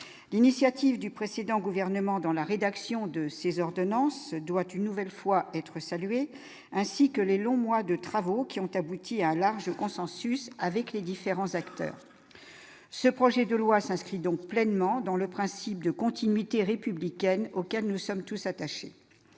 l'initiative du précédent gouvernement, dans la rédaction de ces ordonnances doit une nouvelle fois être salué, ainsi que les longs mois de travaux qui ont abouti à un large consensus avec les différents acteurs, ce projet de loi s'inscrit donc pleinement dans le principe de continuité républicaine, auquel nous sommes tous attachés